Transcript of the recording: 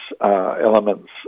elements